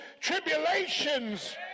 tribulations